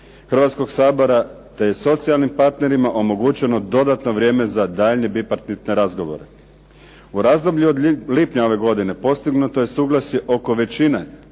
Hrvatskog sabora, te je socijalnim partnerima omogućeno dodatno vrijeme za daljnje bipartitne razgovore. U razdoblju od lipnja ove godine postignuto je suglasje oko većine